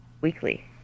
weekly